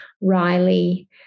Riley